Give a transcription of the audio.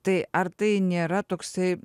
tai ar tai nėra toksai